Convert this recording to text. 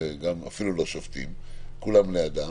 אפילו לא שופטים, כולם בני אדם.